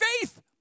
faith